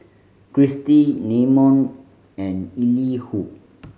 Kristi Namon and Elihu